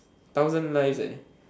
thousands lives eh